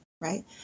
right